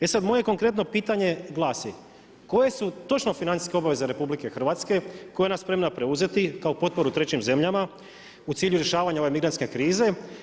E sada, moje konkretno pitanje glasi, koje su točno financijske obaveze RH koje je ona spremna preuzeti kao potporu trećim zemljama u cilju rješavanja ove migrantske krize?